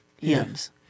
hymns